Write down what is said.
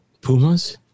Pumas